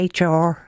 HR